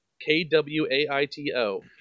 K-W-A-I-T-O